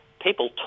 People